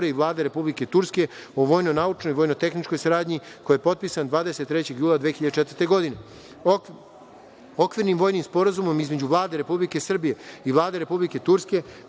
i Vlade Republike Turske o vojno-naučnoj i vojno-tehničkoj saradnji koji je potpisan 23. jula 2004. godine. Okvirnim vojnim sporazumom između Vlade Republike Srbije i Vlade Republike Turske